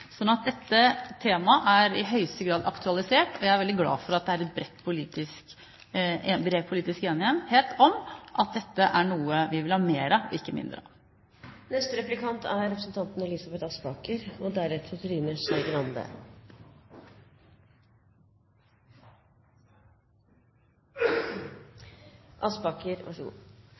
Dette temaet er i høyeste grad aktualisert, og jeg er veldig glad for at det er bred politisk enighet om at dette er noe vi vil ha mer av og ikke mindre av. Jeg la merke til at representanten